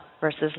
versus